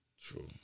True